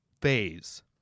phase